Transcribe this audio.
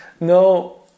No